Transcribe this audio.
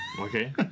Okay